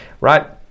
right